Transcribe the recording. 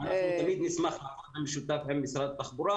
אנחנו תמיד נשמח לעבוד במשותף עם משרד התחבורה